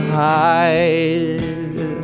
hide